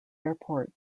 airport